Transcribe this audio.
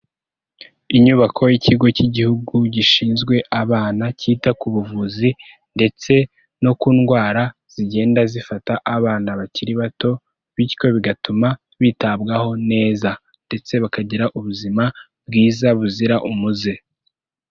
Inyubako y'ikigo cy'igihugu gishinzwe abana cyita ku buvuzi ndetse no ku ndwara zigenda zifata abana bakiri bato bityo bigatuma bitabwaho neza ndetse bakagira ubuzima bwiza buzira umuze.